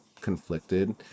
conflicted